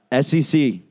SEC